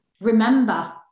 remember